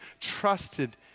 trusted